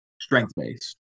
strength-based